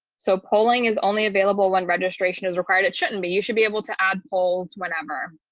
so polling is only available when registration is required. it shouldn't be you should be able to add polls whenever.